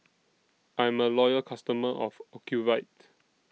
I'm A Loyal customer of Ocuvite